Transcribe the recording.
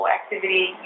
activity